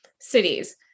cities